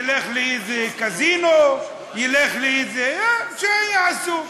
ילך לאיזה קזינו, ילך לאיזה, שיעשו.